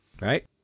Right